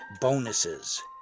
bonuses